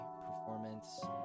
performance